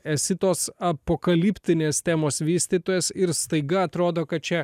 esi tos apokaliptinės temos vystytojas ir staiga atrodo kad čia